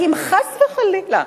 כי אם חס וחלילה,